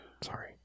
Sorry